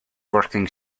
working